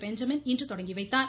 Benjamin இன்று தொடங்கி வைத்தார்